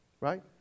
right